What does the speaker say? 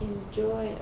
Enjoy